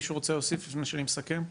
מישהו רוצה להוסיף לפני שאני מסכם?